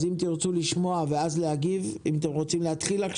אם תרצו לשמוע ואז להגיב, בבקשה.